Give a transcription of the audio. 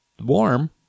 warm